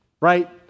right